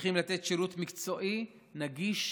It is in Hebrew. צריכים לתת שירות מקצועי, נגיש,